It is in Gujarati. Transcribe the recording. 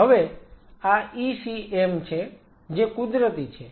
હવે આ ECM છે જે કુદરતી છે